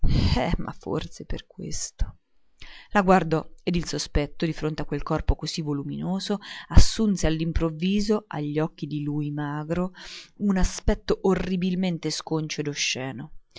ma forse per questo la guardò e il sospetto di fronte a quel corpo così voluminoso assunse all'improvviso agli occhi di lui magro un aspetto orribilmente sconcio e osceno